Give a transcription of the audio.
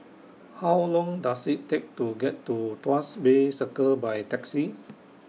How Long Does IT Take to get to Tuas Bay Circle By Taxi